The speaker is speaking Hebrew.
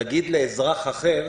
להגיד לאזרח אחר,